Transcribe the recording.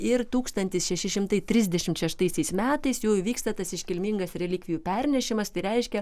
ir tūkstantis šeši šimtai trisdešim šeštaisiais metais jau įvyksta tas iškilmingas relikvijų pernešimas tai reiškia